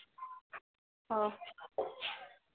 हाँ